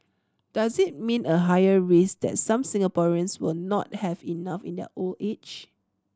does it mean a higher risk that some Singaporeans will not have enough in their old age